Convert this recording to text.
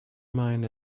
mine